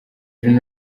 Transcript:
gen